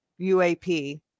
UAP